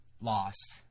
lost